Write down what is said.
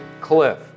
cliff